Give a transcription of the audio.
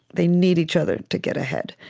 they need each other to get ahead.